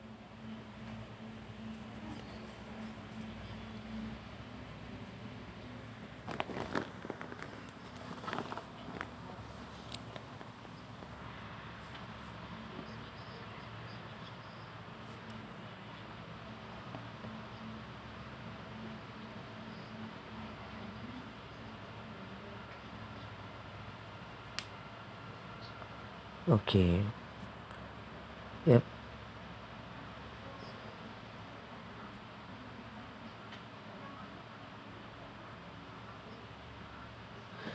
okay yup